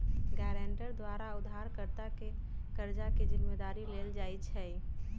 guarantor द्वारा उधारकर्ता के कर्जा के जिम्मदारी लेल जाइ छइ